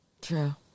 True